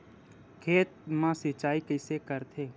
खेत मा सिंचाई कइसे करथे?